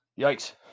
Yikes